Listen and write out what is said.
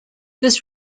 this